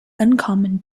uncommon